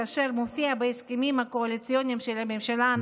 אשר מופיע בהסכמים הקואליציוניים של הממשלה הנוכחית,